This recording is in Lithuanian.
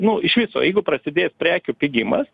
nu iš viso jeigu prasidės prekių pigimas